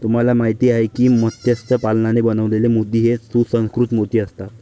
तुम्हाला माहिती आहे का की मत्स्य पालनाने बनवलेले मोती हे सुसंस्कृत मोती असतात